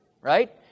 right